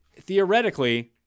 theoretically